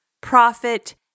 profit